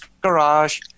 garage